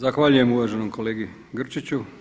Zahvaljujem uvaženom kolegi Grčiću.